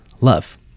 love